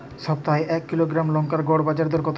সপ্তাহে এক কিলোগ্রাম লঙ্কার গড় বাজার দর কতো?